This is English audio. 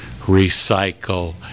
recycle